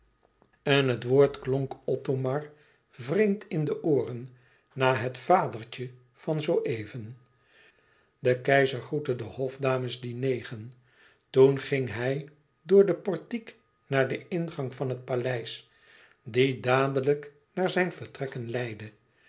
en het woord klonk othomar vreemd in de ooren na het vadertje van zoo even de keizer groette de hofdames die negen toen ging hij door den portiek naar den ingang van het paleis die dadelijk naar zijn vertrekken leidde